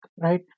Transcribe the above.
Right